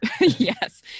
yes